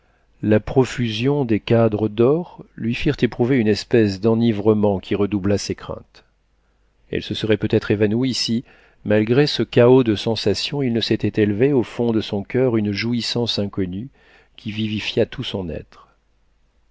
la profusion des cadres d'or lui firent éprouver une espèce d'enivrement qui redoubla ses craintes elle se serait peut-être évanouie si malgré ce chaos de sensations il ne s'était élevé au fond de son coeur une jouissance inconnue qui vivifia tout son être